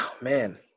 man